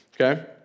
Okay